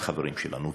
לחברים שלנו,